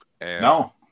No